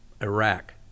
Iraq